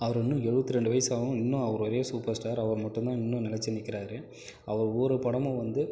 அவர் இன்னும் எழுபத்திரெண்டு வயது ஆனாலும் இன்னும் அவர் ஒரே சூப்பர் ஸ்டார் அவர் மட்டும் தான் இன்னும் நிலைச்சி நிற்கிறாரு அவர் ஒவ்வொரு படமும் வந்து